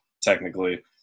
technically